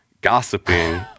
gossiping